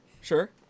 sure